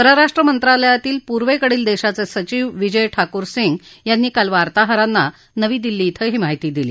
परराष्ट्र मंत्रालयातील पुर्वेकडील देशाचे सचिव विजय ठाकूर सिंग यांनी काल वार्ताहरांना नवी दिल्ली कें ही माहिती दिली